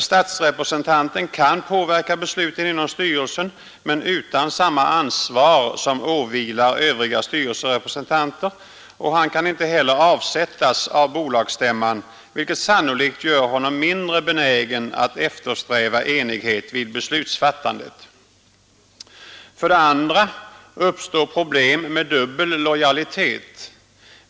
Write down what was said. Statsrepresentanten kan påverka besluten inom styrelsen men utan samma ansvar som åvilar övriga styrelserepresentanter, och han kan inte heller avsättas av bolagsstämman, vilket sannolikt gör honom mindre benägen att eftersträva enighet vid beslutsfattandet. För det andra uppstår problem med dubbel lojalitet.